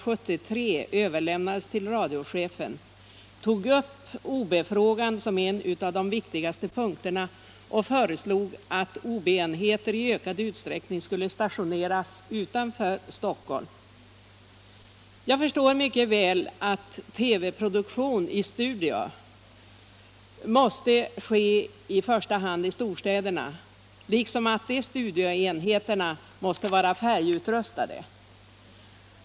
Jag förstår mycket väl att TV-produktion i studio måste ske i första hand i storstäderna, liksom att de studioenheterna måste vara färgutrustade.